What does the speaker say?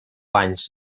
anys